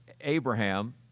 Abraham